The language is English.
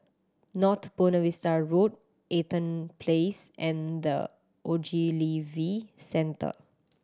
North Buona Vista Road Eaton Place and The Ogilvy Centre